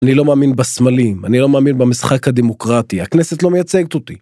אני לא מאמין בסמלים, אני לא מאמין במשחק הדמוקרטי, הכנסת לא מייצגת אותי.